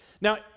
now